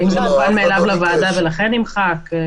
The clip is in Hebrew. או האם זה מובן מאליו לוועדה ולכן נמחק?